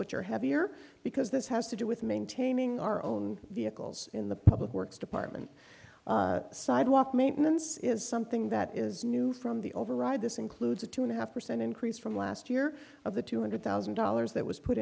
which are heavier because this has to do with maintaining our own vehicles in the public works department sidewalk maintenance is something that is new from the override this includes a two and a half percent increase from last year of the two hundred thousand dollars that was put